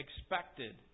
expected